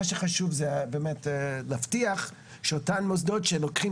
מה שחשוב זה באמת להבטיח שאותם מוסדות שלוקחים